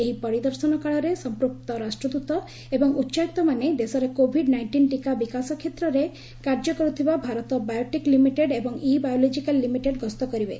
ଏହି ପରିଦର୍ଶନ କାଳରେ ସମ୍ପୃକ୍ତ ରାଷ୍ଟ୍ରଦୃତ ଏବଂ ଉଚାୟୁକ୍ତମାନେ ଦେଶରେ କୋଭିଡ୍ ନାଇଷ୍ଟିନ୍ ଟିକା ବିକାଶ କ୍ଷେତ୍ରରେ କାର୍ଯ୍ୟ କରୁଥିବା ଭାରତ ବାୟୋଟେକ୍ ଲିମିଟେଡ୍ ଏବଂ ଇ ବାୟୋଲୋଜିକାଲ୍ ଲିମିଟେଡ୍ ଗସ୍ତ କରିବେ